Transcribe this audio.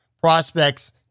prospects